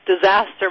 disaster